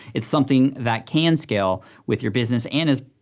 it's something that can scale with your business, and is,